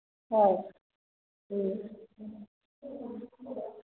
ꯍꯣꯏ ꯎꯝ